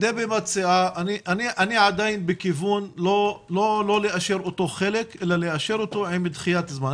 אני עדיין בכיוון לא לאשר חלק אלא לאשר אותו עם דחיית זמן.